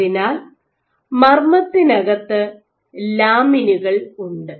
അതിനാൽ മർമത്തിനകത്ത് ലാമിനുകൾ ഉണ്ട്